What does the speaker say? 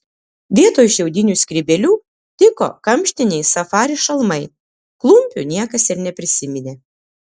vietoj šiaudinių skrybėlių tiko kamštiniai safari šalmai klumpių niekas ir neprisiminė